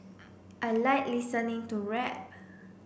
I like listening to rap